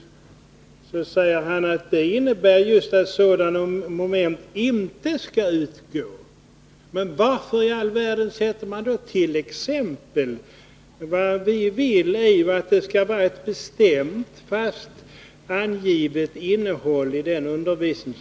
Detta innebär, säger Bertil Hansson, just att sådana moment inte skall utgå. Men varför i all världen sätter man då in ”t.ex.”? Vad vi vill är att det skall vara ett bestämt angivet innehåll i undervisningen.